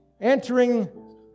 entering